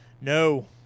No